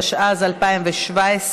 התשע"ז 2017,